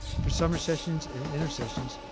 for summer sessions and other sessions,